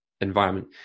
environment